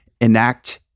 enact